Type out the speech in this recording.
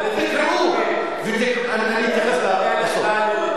תחזיר את תעודת הזהות.